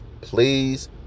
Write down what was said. please